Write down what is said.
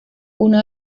uno